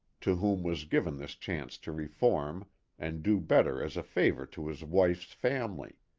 to whom was given this chance to reform and do better as a favor to his wife's family.